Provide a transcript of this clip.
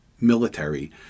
military